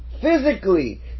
physically